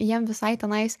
jiem visai tenais